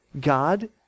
God